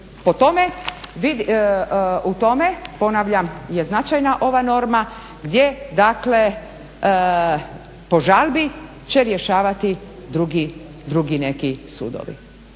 U tome, ponavljam, je značajna ova norma gdje dakle po žalbi će rješavati drugi neki sudovi.